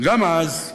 גם אז,